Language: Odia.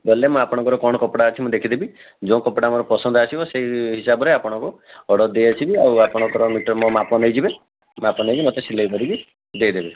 ଗଲେ ମୁଁ ଆପଣଙ୍କର କ'ଣ କପଡ଼ା ଅଛି ମୁଁ ଦେଖିଦେବି ଯୋଉ କପଡ଼ା ମୋର ପସନ୍ଦ ଆସିବ ସେଇ ହିସାବରେ ଆପଣଙ୍କୁ ଅର୍ଡ଼ର ଦେଇଆସିବି ଆଉ ଆପଣ ପୁରା ମିଟର୍ ମୋ ମାପ ନେଇଯିବେ ମାପ ନେଇକି ମୋତେ ସିଲେଇ କରିକି ଦେଇଦେବେ